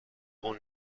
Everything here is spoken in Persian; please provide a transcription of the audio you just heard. اون